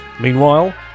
Meanwhile